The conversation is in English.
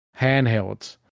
handhelds